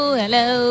hello